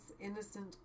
innocent